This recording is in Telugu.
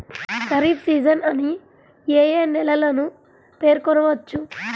ఖరీఫ్ సీజన్ అని ఏ ఏ నెలలను పేర్కొనవచ్చు?